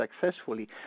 successfully